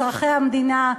אזרחי המדינה,